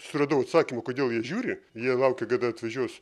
suradau atsakymą kodėl jie žiūri jie laukia kada atvažiuos